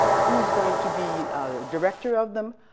who is going to be the director of them,